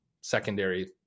secondary